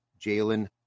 Jalen